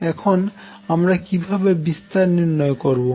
এখন আমরা কিভাবে বিস্তার নির্ণয় করবো